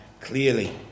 clearly